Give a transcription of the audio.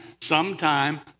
sometime